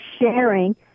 sharing